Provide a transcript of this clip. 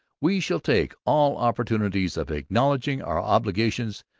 we shall take all opportunities of acknowledging our obligations,